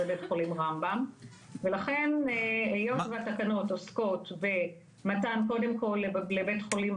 זה בית חולים רמב"ם ולכן היות והתקנות עוסקות במתן קודם כל לבית חולים